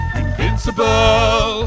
invincible